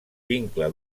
vincle